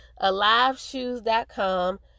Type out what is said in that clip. Aliveshoes.com